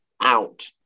out